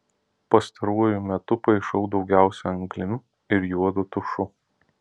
pastaruoju metu paišau daugiausia anglim ir juodu tušu